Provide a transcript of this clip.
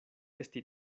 esti